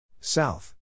South